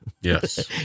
Yes